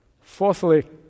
Fourthly